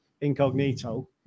incognito